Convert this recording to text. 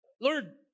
Lord